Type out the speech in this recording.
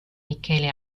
michele